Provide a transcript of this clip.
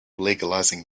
legalizing